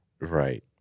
Right